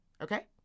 okay